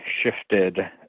shifted